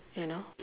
you know